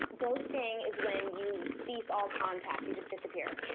ghosting is when you cease all contact. you just disappear.